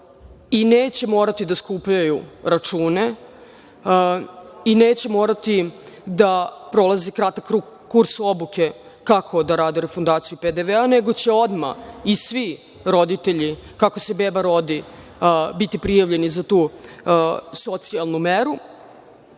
i neće morati da skupljaju račune i neće morati da prolaze kratak kurs obuke kako da rade refundaciju PDV, nego će odmah i svi roditelji, kako se beba rodi, biti prijavljeni za tu socijalnu meru. Važan